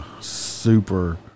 super